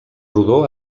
rodó